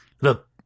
look